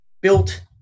built